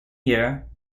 year